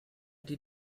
die